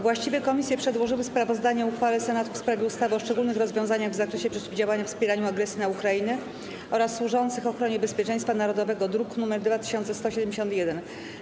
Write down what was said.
Właściwe komisje przedłożyły sprawozdanie o uchwale Senatu w sprawie ustawy o szczególnych rozwiązaniach w zakresie przeciwdziałania wspieraniu agresji na Ukrainę oraz służących ochronie bezpieczeństwa narodowego, druk nr 2171.